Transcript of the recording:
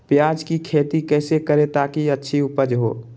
प्याज की खेती कैसे करें ताकि अच्छी उपज हो?